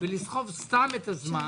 ולסחוב סתם את הזמן